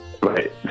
Right